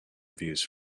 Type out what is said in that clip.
reviews